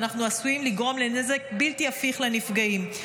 אנחנו עשויים לגרום לנזק בלתי הפיך לנפגעים.